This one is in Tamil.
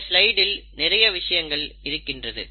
இந்த ஸ்லைடில் நிறைய விஷயங்கள் இருக்கிறது